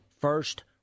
first